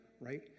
right